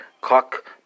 cock